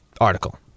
article